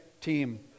team